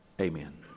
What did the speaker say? amen